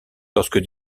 lorsque